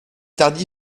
tardy